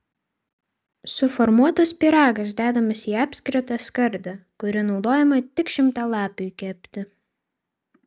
suformuotas pyragas dedamas į apskritą skardą kuri naudojama tik šimtalapiui kepti